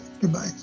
Goodbye